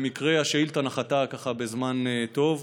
במקרה השאילתה נחתה ככה בזמן טוב,